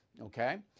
okay